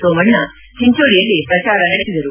ಸೋಮಣ್ಣ ಚಿಂಚೋಳಿಯಲ್ಲಿ ಪ್ರಚಾರ ನಡೆಸಿದರು